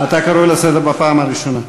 אתה קרוי לסדר בפעם הראשונה.